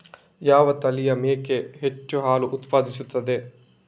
ಯಾವ ತಳಿಯ ಮೇಕೆ ಹೆಚ್ಚು ಹಾಲು ಉತ್ಪಾದಿಸುತ್ತದೆ?